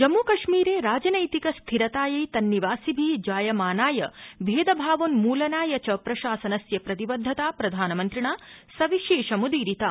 जम्मुकश्मीर राजनैतिक स्थिरतायै तन्निवासिभि जायमानाय भेदभावोन्मूलनाय च प्रशासनस्य प्रतिबद्धता प्रधानमन्त्रिणा सविशेषमूदीरिता